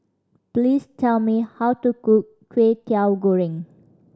please tell me how to cook Kway Teow Goreng